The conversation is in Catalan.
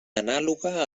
anàloga